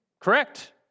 correct